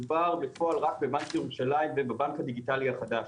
מדובר בפועל רק לבנק ירושלים ולבנק הדיגיטלי החדש.